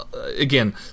Again